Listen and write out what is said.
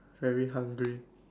very hungry